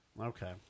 Okay